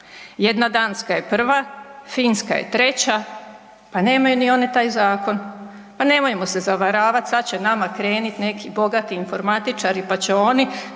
Jedna Danska je prva, Finska je treća. Pa nemaju ni one taj zakon. Pa nemojmo se zavaravati, sada će nama krenuti neki bogati informatičari pa će oni